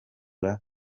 baba